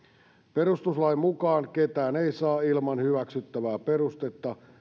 perustuslain mukaan ketään ei saa ilman hyväksyttävää perustetta